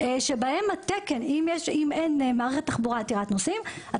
אם אין מערכת תחבורה עתירת נוסעים,